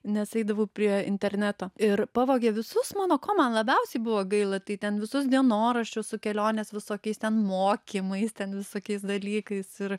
nes eidavau prie interneto ir pavogė visus mano ko man labiausiai buvo gaila tai ten visus dienoraščius su kelionės visokiais ten mokymais ten visokiais dalykais ir